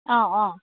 অঁ অঁ